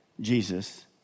Jesus